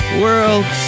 world